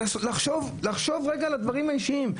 צריך לחשוב לרגע על הדברים האישיים.